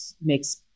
makes